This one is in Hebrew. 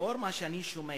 לאור מה שאני שומע,